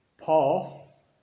Paul